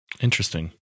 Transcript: Interesting